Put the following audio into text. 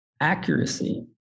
accuracy